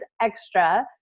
extra